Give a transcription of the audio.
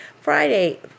Friday